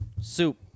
Soup